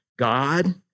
God